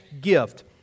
gift